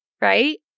right